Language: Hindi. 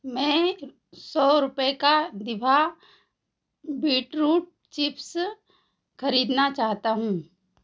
मैं सौ रुपये का दिभा बीटरूट चिप्स खरीदना चाहता हूँ